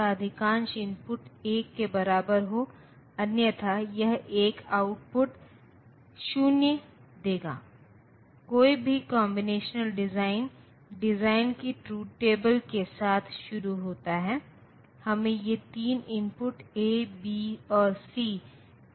एक प्रतिनिधित्व को 1's कॉम्प्लीमेंट के रूप में जाना जाता है और दूसरे प्रतिनिधित्व को 2's कॉम्प्लीमेंटके रूप में जाना जाता है